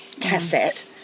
cassette